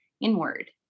inward